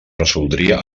resoldria